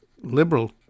liberal